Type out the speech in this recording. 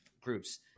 groups